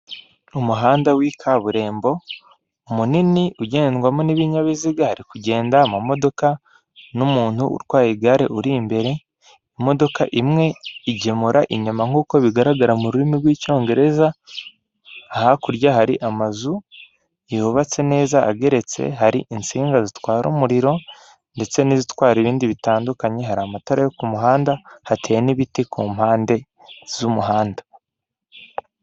Umuhanda w'ikaburimbo munini ugendwamo n'ibinyabiziga ari kugenda mumodoka n'umuntu utwaye igare uri imbere imodoka imwe igemura inyama nkuko bigaragara mu rurimi rw'icyongereza, hakurya hari amazu yubatse neza ageretse hari insinga zitwara umuriro ndetse n'izitwara ibindi bitandukanye hari amatara yo k'umuhanda hateye n'ibiti kumpande z'umuhanda.